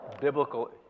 biblical